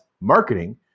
marketing